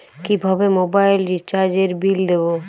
কিভাবে মোবাইল রিচার্যএর বিল দেবো?